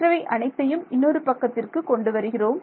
மற்றவை அனைத்தையும் இன்னொரு பக்கத்திற்கு கொண்டு வருகிறோம்